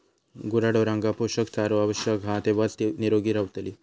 गुराढोरांका पोषक चारो आवश्यक हा तेव्हाच ती निरोगी रवतली